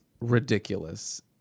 ridiculous